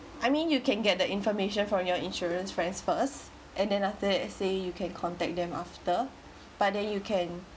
I mean you can get the information from your insurance friends' first and then after that say you can contact them after but then you can